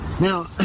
Now